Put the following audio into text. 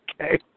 Okay